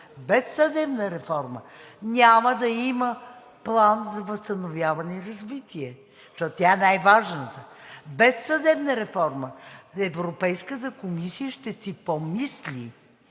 без съдебна реформа няма да има План за възстановяване и развитие? Та тя е най-важната! Без съдебна реформа Европейската комисия ще си помисли